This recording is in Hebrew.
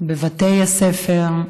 בבתי הספר,